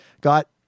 got